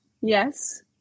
Yes